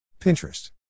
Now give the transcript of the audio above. Pinterest